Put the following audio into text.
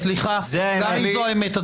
סליחה, גם אם זו האמת.